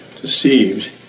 deceived